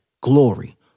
glory